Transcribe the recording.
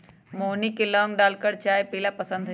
मोहिनी के लौंग डालकर चाय पीयला पसंद हई